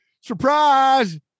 Surprise